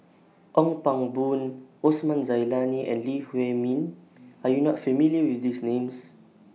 Ong Pang Boon Osman Zailani and Lee Huei Min Are YOU not familiar with These Names